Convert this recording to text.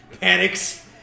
panics